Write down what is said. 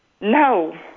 No